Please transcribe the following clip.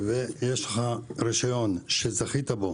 ויש לך רישיון שזכית ב,